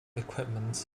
equipment